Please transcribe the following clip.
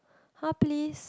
!huh! please